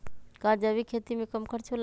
का जैविक खेती में कम खर्च होला?